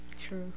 True